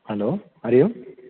hello Hari Om